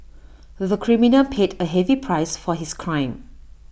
the criminal paid A heavy price for his crime